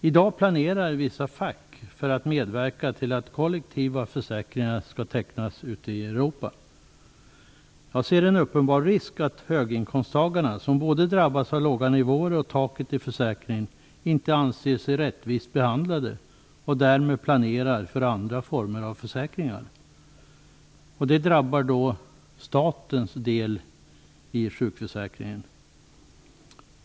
I dag planerar vissa fack att medverka till att kollektiva försäkringar skall tecknas ute i Europa. Jag ser en uppenbar risk att höginkomsttagarna, som drabbas av både låga nivåer och taket i försäkringen, inte anser sig rättvist behandlade och därmed planerar för andra former av försäkringar. Det drabbar då statens del i sjukförsäkringen.